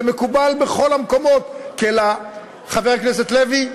זה מקובל בכל המקומות, חבר הכנסת לוי,